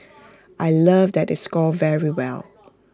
I love that they scored very well